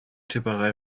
tipperei